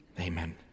amen